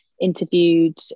interviewed